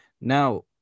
now